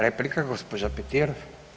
Replika gospođa Petir.